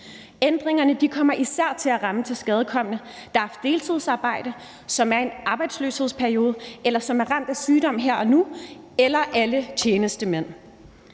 Ændringerne kommer især til at ramme tilskadekomne, der har deltidsarbejde, som er i en arbejdsløshedsperiode, eller som er ramt af sygdom her nu, eller som er tjenestemænd.